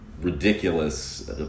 ridiculous